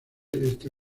esta